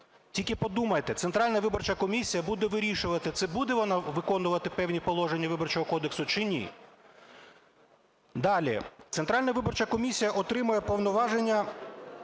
Тільки подумайте, Центральна виборча комісія буде вирішувати, чи буде вона виконувати певні положення Виборчого кодексу, чи ні. Далі. Центральна виборча комісія отримує повноваження